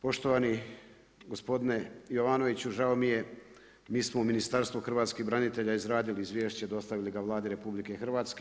Poštovani gospodine Jovanoviću žao mi je, mi smo u Ministarstvu hrvatskih branitelja izradili izvješće i dostavili ga Vladi RH.